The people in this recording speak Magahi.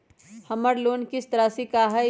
हमर लोन किस्त राशि का हई?